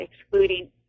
excluding